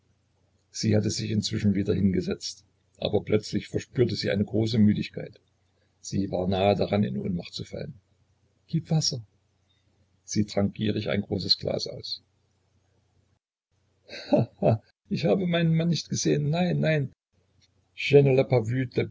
sie hatte sich inzwischen wieder hingesetzt aber plötzlich verspürte sie eine große müdigkeit sie war nahe daran in ohnmacht zu fallen gib wasser sie trank gierig ein großes glas aus ha ha ich habe meinen mann nicht gesehen nein nein